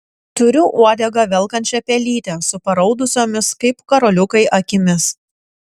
turiu uodegą velkančią pelytę su paraudusiomis kaip karoliukai akimis